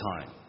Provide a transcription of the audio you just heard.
time